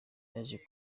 yaje